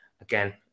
again